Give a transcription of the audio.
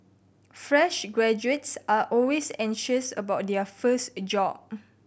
fresh graduates are always anxious about their first a job